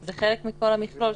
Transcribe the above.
זה חלק מכל המכלול.